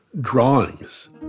drawings